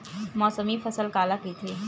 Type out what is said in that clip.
मौसमी फसल काला कइथे?